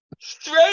straight